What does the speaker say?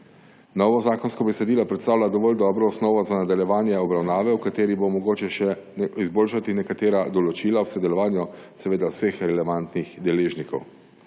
Novo zakonsko besedilo predstavlja dovolj dobro osnovo za nadaljevanje obravnave, v kateri bo mogoče še izboljšati nekatera določila ob sodelovanju seveda vseh relevantnih deležnikov.